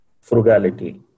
frugality